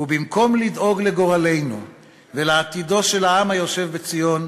ובמקום לדאוג לגורלנו ולעתידו של העם היושב בציון,